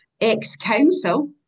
ex-council